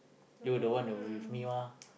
you were the one who with me mah